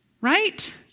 right